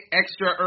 extra